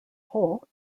hole